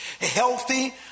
healthy